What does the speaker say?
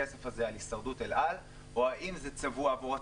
הכסף על הישרדות אל על או האם זה צבוע עבור הצרכנים?